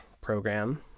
program